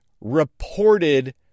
reported